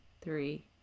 three